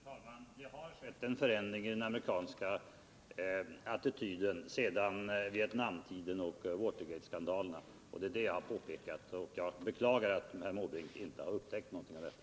Herr talman! Det har skett en förändring i den amerikanska demokratin sedan Vietnamtiden och Watergateskandalerna. Det är det jag har påpekat, och jag beklagar att Bertil Måbrink inte har upptäckt någonting av detta.